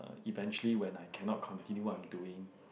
eventually when I cannot continue what I'm doing